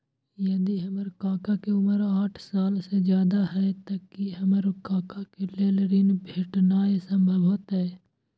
यदि हमर काका के उमर साठ साल से ज्यादा हय त की हमर काका के लेल ऋण भेटनाय संभव होतय?